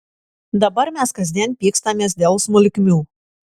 dabar mes kasdien pykstamės dėl smulkmių